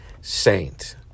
saint